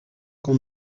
qu’on